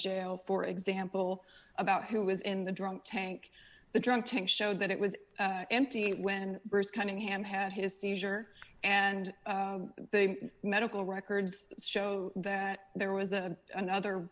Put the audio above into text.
jail for example about who was in the drunk tank the drunk tank showed that it was empty when bruce cunningham had his seizure and the medical records show that there was a another